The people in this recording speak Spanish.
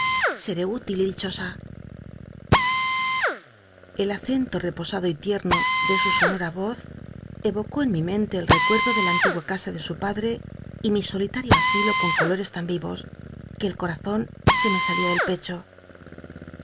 seré útil y dichosa oz el acento reposado y liemo de su sonora voz evocó en mi mente el recuerdo de la an tigua cas de su padre y mi solitario asilo con colores tan yíyos que el corazon se me salia del pecho